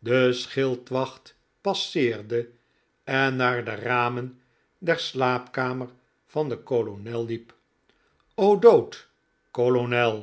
den schildwacht passeerde en naar de ramen der slaapkamer van den kolonel hep o'dowd kolonel